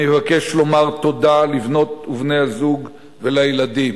אני מבקש לומר תודה לבנות ובני הזוג ולילדים,